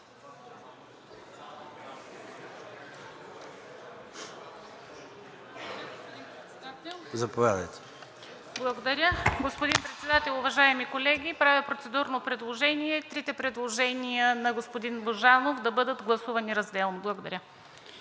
благодаря. Уважаеми господин Председател, уважаеми колеги! Правя процедурно предложение трите предложения на господин Божанов да бъдат гласувани разделно. Благодаря.